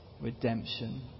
redemption